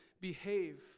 behave